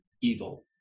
evil